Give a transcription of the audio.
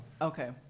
okay